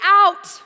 out